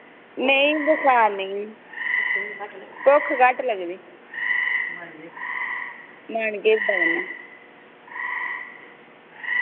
नेईं बखार नेईं भुक्ख घट लगदी मन घिरदा कन्नै